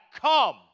come